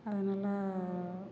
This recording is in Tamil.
அதை நல்லா